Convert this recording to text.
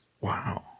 Wow